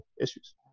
issues